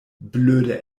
blöde